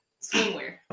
swimwear